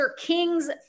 King's